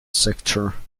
sector